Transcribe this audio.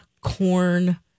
corn